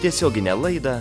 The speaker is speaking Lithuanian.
tiesioginę laidą